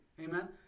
amen